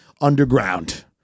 underground